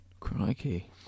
Crikey